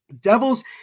Devils